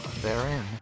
therein